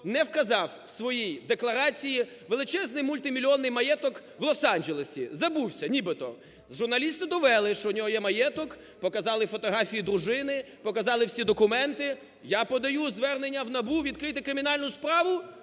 не вказав в своїй декларації величезний мультимільйонний маєток в Лос-Анджелесі. Забувся нібито. Журналісти довели, що в нього є маєток, показали фотографії дружини, показали всі документи. Я подаю звернення в НАБУ, – відкрийте кримінальну справу.